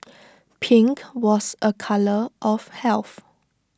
pink was A colour of health